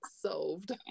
solved